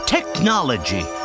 Technology